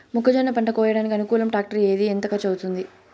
మొక్కజొన్న పంట కోయడానికి అనుకూలం టాక్టర్ ఏది? ఎంత ఖర్చు అవుతుంది?